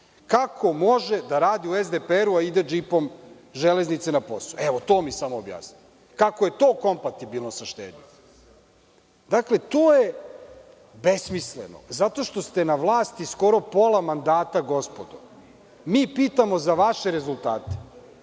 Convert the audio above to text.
Kako može da radi u SDPR, a ide džipom Železnice na posao. To mi samo objasnite. Kako je to kompatibilno sa štednjom? To je besmisleno zato što ste na vlasti pola mandata, gospodo. Mi pitamo za vaše rezultate.